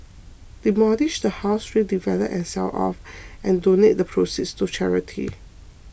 demolish the house redevelop and sell off and donate the proceeds to charity